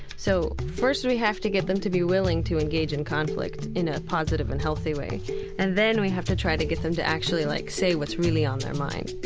so first we have to get them to be willing to engage in conflict in a positive and healthy way and then we have to try to get them to actually like say what's really on their mind